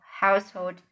household